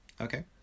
okay